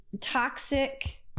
Toxic